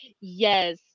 Yes